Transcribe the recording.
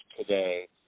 today